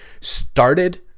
started